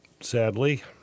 sadly